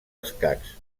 escacs